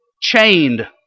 chained